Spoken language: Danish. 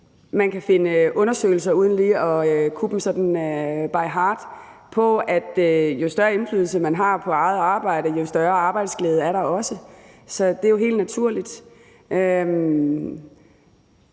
man kan finde undersøgelser – uden sådan lige at kunne dem by heart – af, at jo større indflydelse, man har på eget arbejde, jo større arbejdsglæde er der også. Så det er jo helt naturligt.